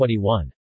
2021